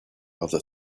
other